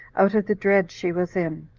out of the dread she was in,